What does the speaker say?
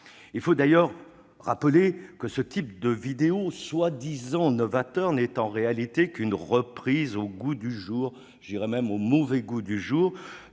Il faut d'ailleurs rappeler que ce type de vidéos prétendument novateur n'est en réalité qu'une reprise au goût du jour, pour ne pas dire au mauvais goût du jour,